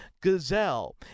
Gazelle